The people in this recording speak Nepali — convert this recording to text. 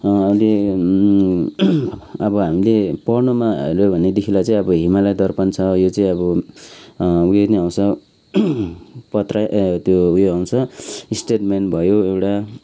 अहिले अब हामीले पढ्नुमा हेऱ्यो भनेदेखिलाई चाहिँ अब हिमालय दर्पण छ यो चाहि अब उयो नै आउँछ पत्रै त्यो उयो आउँछ स्टेट्समेन् भयो एउटा